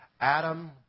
Adam